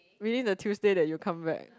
meaning the Tuesday that you come back